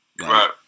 Right